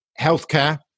Healthcare